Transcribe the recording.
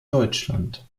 deutschland